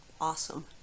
awesome